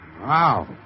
Wow